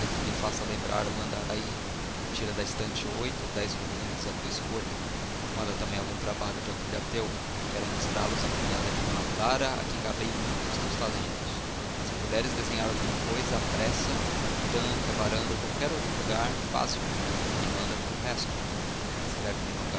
me faça lembrar o andaraí tira da estante oito ou dez volumes à tua escolha manda também algum trabalho de agulha teu quero mostrá-lo à cunhada de d clara a quem gabei muito os teus talentos se puderes desenhar alguma coisa à pressa o tanque a varanda ou qualquer outro lugar faze o e manda com o resto escreveme